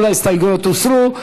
כל ההסתייגויות הוסרו.